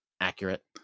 Accurate